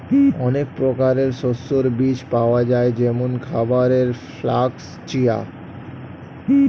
অনেক প্রকারের শস্যের বীজ পাওয়া যায় যেমন খাবারের ফ্লাক্স, চিয়া